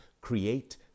create